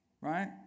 Right